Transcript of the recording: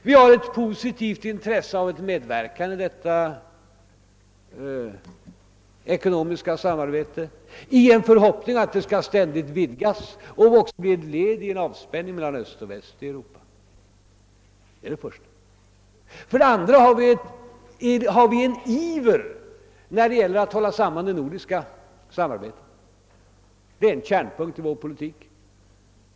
Vi har ett positivt intresse av att medverka i detta ekonomiska samarbete i förhoppningen om att det ständigt skall vidgas och även bli ett led i en avspänning mellan öst och väst. För det andra utvecklar vi en iver när det gäller att hålla samman det nordiska samarbetet. Det är en kärnpunkt i vår politik.